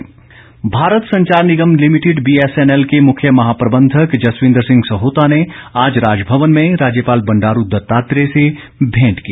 मेंट Bharat Sanchar Nigam limited BSNL के मुख्य महाप्रबंधक जसविंद्र सिंह सहोता ने आज राजभवन में राज्यपाल बंडारू दत्तात्रेय से भेंट की